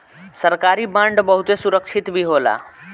सरकारी बांड बहुते सुरक्षित भी होला